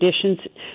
conditions